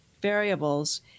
variables